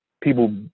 people